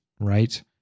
Right